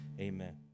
Amen